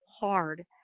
hard